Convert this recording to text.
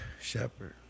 shepherd